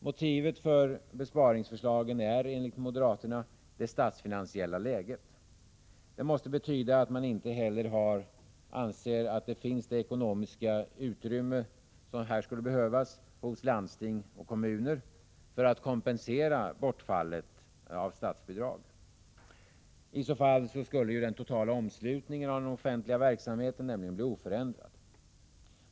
Motivet för besparingsförslagen är enligt moderaterna det statsfinansiella läget. Det måste betyda att man inte heller anser att det finns det ekonomiska utrymme hos landsting och kommuner som skulle behövas för att ett bortfall av statsbidrag skall kunna kompenseras. I så fall skulle nämligen den totala omslutningen av den offentliga verksamheten bli oförändrad.